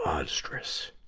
monstrous!